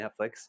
Netflix